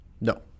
No